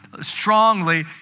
strongly